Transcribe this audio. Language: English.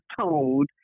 told